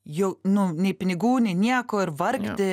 jau nu nei pinigų nei nieko ir vargti